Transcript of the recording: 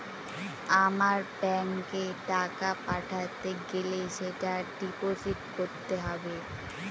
আমার ব্যাঙ্কে টাকা পাঠাতে গেলে সেটা ডিপোজিট করতে হবে